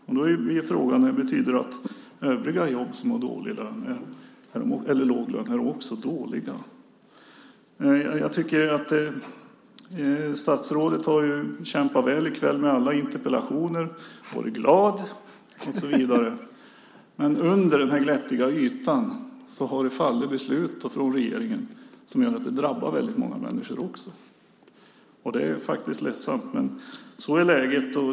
Frågan är då: Betyder det att övriga jobb som har låg lön också är dåliga? Statsrådet har kämpat väl i kväll med alla interpellationer, varit glad och så vidare. Men under den glättiga ytan har det fattats beslut av regeringen som också drabbar väldigt många människor. Det är ledsamt, men så är läget.